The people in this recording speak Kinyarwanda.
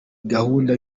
gahunda